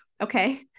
okay